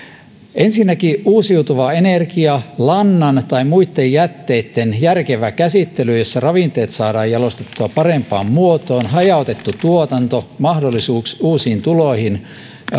ensinnäkin uusiutuva energia lannan tai muitten jätteitten järkevä käsittely jossa ravinteet saadaan jalostettua parempaan muotoon hajautettu tuotanto mahdollisuus uusiin tuloihin